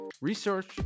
research